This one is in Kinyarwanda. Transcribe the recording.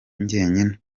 njyenyine